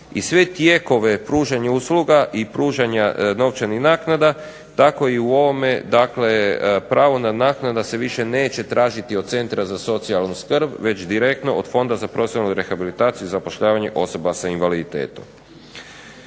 i sve tijekove pružanja usluga i pružanja novčanih naknada tako i u ovome dakle pravo na naknadu se više neće tražiti od centra za socijalnu skrb već direktno od Fonda za profesionalnu rehabilitaciju i zapošljavanje osoba sa invaliditetom.